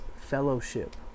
fellowship